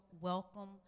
welcome